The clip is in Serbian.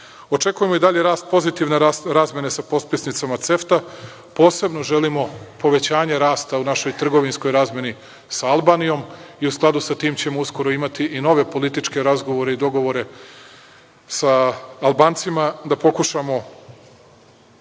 ulaganja. Očekujemo i dalje rast pozitivne razmene sa potpisnicama CEFTA, posebno želimo povećanje rasta u našoj trgovinskoj razmeni sa Albanijom i u skladu sa tim ćemo uskoro imati nove političke razgovore i dogovore sa Albancima i da pokušamo